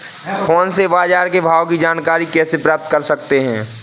Phone से बाजार के भाव की जानकारी कैसे प्राप्त कर सकते हैं?